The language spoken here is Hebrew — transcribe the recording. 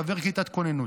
חבר כיתת כוננות.